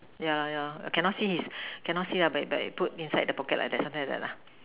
yeah yeah I cannot see his cannot see but but put inside the pocket like that something like that lah